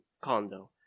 condo